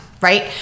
right